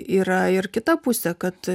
yra ir kita pusė kad